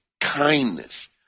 kindness